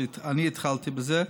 אני התחלתי בזה,